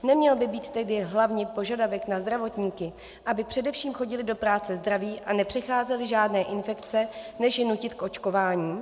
Neměl by být tedy hlavní požadavek na zdravotníky, aby především chodili do práce zdraví a nepřecházeli žádné infekce, než je nutit k očkování?